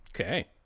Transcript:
Okay